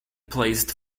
placed